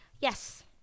Yes